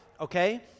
Okay